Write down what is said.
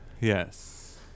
Yes